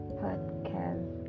podcast